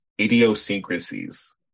Idiosyncrasies